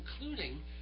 including